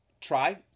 try